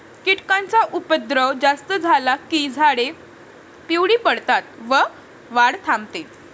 कीटकांचा उपद्रव जास्त झाला की झाडे पिवळी पडतात व वाढ थांबते